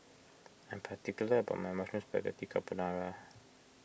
I am particular about my Mushroom Spaghetti Carbonara